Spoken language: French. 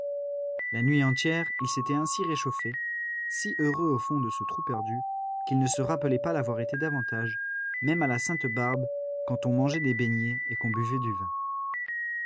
la nuit entière ils s'étaient ainsi réchauffés si heureux au fond de ce trou perdu qu'ils ne se rappelaient pas l'avoir été davantage même à la sainte barbe quand on mangeait des beignets et qu'on buvait du vin